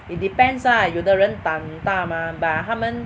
it depends ah 有的人胆大 mah but 他们